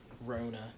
Rona